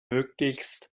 möglichst